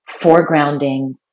foregrounding